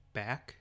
back